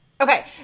Okay